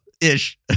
ish